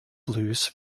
blues